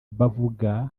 bavuga